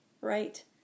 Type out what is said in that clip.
right